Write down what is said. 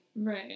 Right